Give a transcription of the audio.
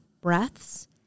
breaths